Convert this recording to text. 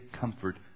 comfort